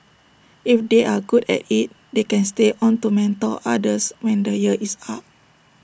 if they are good at IT they can stay on to mentor others when the year is up